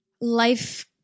life